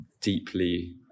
deeply